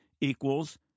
equals